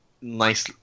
nice